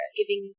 giving